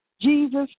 Jesus